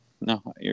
no